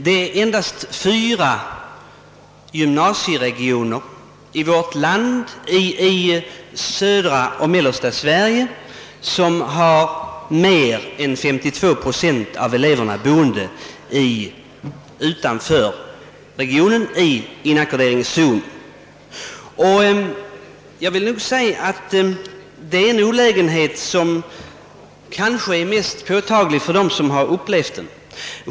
Det är endast fyra gymnasieregioner i södra och mellersta Sverige som har mer än 52 procent av Detta är en olägenhet som kanske är mest påtaglig för dem som har upplevt den.